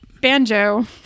banjo